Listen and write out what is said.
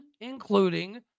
including